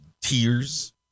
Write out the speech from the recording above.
tears